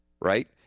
right